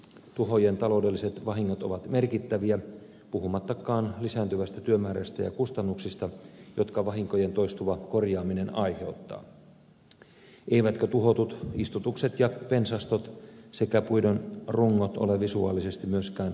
tuhojen taloudelliset vahingot ovat merkittäviä puhumattakaan lisääntyvästä työmäärästä ja kustannuksista joita vahinkojen toistuva korjaaminen aiheuttaa eivätkä tuhotut istutukset ja pensastot sekä puiden rungot ole visuaalisesti myöskään kaunista katseltavaa